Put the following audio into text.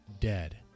dead